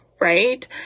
right